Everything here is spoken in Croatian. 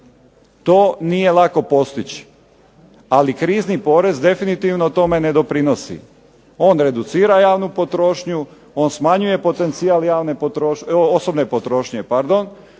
To nije lako postići, ali krizni porez definitivno tome ne doprinosi. On reducira javnu potrošnju, on smanjuje potencijal osobne potrošnje, on